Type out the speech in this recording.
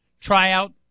tryout